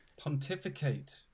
Pontificate